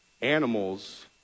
animals